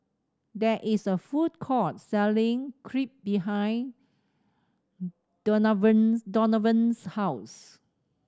there is a food court selling Crepe behind Donavon Donavon's house